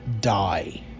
die